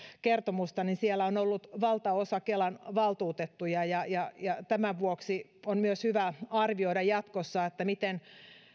kertomusta on ollut valtaosa kelan valtuutettuja ja ja tämän vuoksi on myös hyvä arvioida jatkossa miten